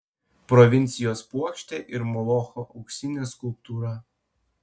provincijos puokštė ir molocho auksinė skulptūra